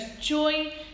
joy